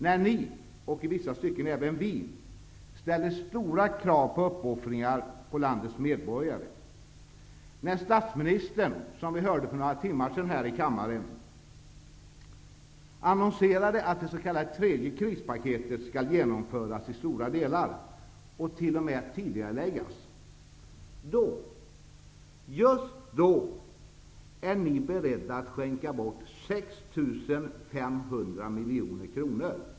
När ni, och i vissa stycken även vi, ställer stora krav på uppoffringar hos landets medborgare, när statsministern som vi hörde för några timmar sedan här i kammaren annonserade att det s.k. tredje krispaketet skall genomföras i stora delar och t.o.m. tidigareläggas, just då är ni beredda att skänka bort 6 500 miljoner kronor.